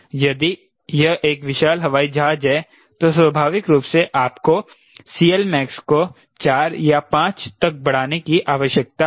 यदि यह एक विशाल हवाई जहाज है तो स्वाभाविक रूप से आपको CLmax को 4 या 5 तक बढ़ाने की आवश्यकता है